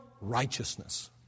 righteousness